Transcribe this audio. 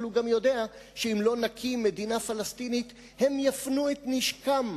אבל הוא גם יודע שאם לא נקים מדינה פלסטינית הם יפנו את נשקם